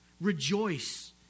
Rejoice